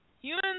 Humans